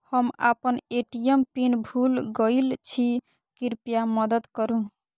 हम आपन ATM PIN भूल गईल छी, कृपया मदद करू